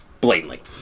blatantly